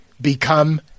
become